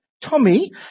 Tommy